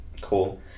Cool